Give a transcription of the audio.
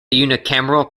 unicameral